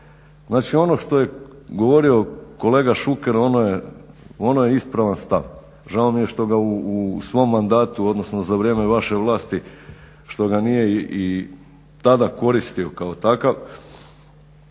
Znači ono što je govorio kolega Šuker ono je ispravan stav. Žao mi je što ga u svom mandatu, odnosno za vrijeme svoje vlasti što ga nije i tada koristio kao takav,